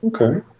Okay